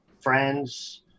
friends